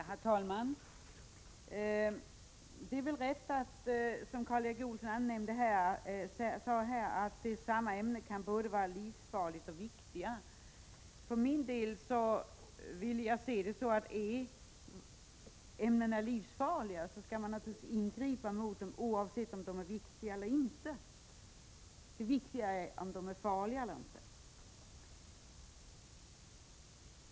Herr talman! Det är väl rätt som Karl Erik Olsson sade här att samma ämnen kan vara både livsfarliga och viktiga. För min del vill jag se det så, att är ämnena livsfarliga skall man naturligtvis ingripa mot dem, oavsett om de är viktiga eller inte. Det väsentliga är om de är farliga.